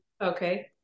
okay